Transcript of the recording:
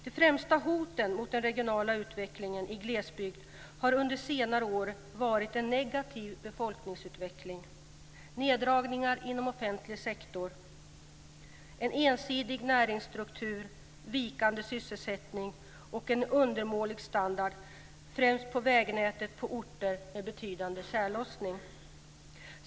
De främsta hoten mot den regionala utvecklingen i glesbygd har under senare år varit en negativ befolkningsutveckling, neddragningar inom offentlig sektor, en ensidig näringsstruktur, vikande sysselsättning och en undermålig standard, främst på vägnätet på orter med en betydande tjällossning.